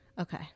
Okay